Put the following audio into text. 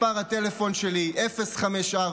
מספר הטלפון שלי הוא